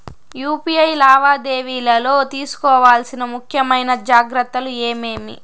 UPI లావాదేవీలలో తీసుకోవాల్సిన ముఖ్యమైన జాగ్రత్తలు ఏమేమీ?